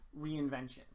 reinvention